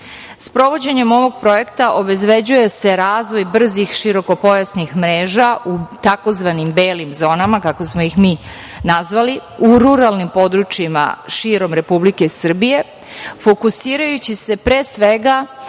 Sprovođenjem ovog projekta obezbeđuje se razvoj brzih širokopojasnih mreža u tzv. beli zonama, kako smo ih mi nazvali, u ruralnim područjima širom Republike Srbije, fokusirajući se pre svega